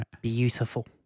Beautiful